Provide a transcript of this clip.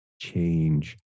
change